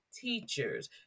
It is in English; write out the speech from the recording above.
teachers